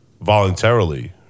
voluntarily